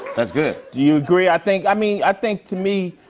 that's good. do you agree? i think i mean, i think to me,